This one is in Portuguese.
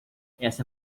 essa